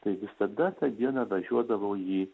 tai visada tą dieną važiuodavau į